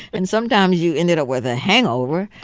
and sometimes you ended up with a hangover,